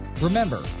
Remember